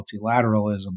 multilateralism